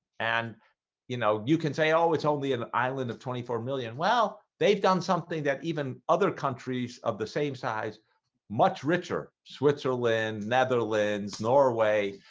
and you know, you can say oh it's only an island of twenty four million well, they've done something that even other countries of the same size much richer switzerland, netherlands, norway